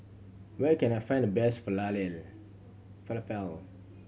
where can I find the best Falafel